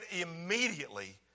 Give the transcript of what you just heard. immediately